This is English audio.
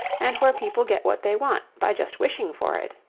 and where people get what they want by just wishing for it,